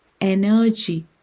energy